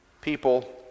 People